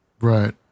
right